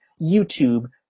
YouTube